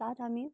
তাত আমি